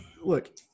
Look